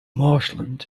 marshland